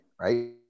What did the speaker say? right